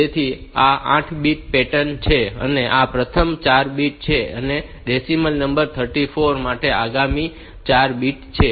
તેથી આ 8 bit pattern છે અને આ પ્રથમ 4 બીટ છે અને ડેસીમલ નંબર 34 માટે આ આગામી 4 બીટ છે